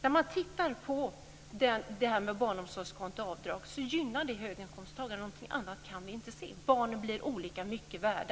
Vi kan inte se annat än att systemet med barnomsorgskonton gynnar höginkomsttagare. Barnen blir olika mycket värda.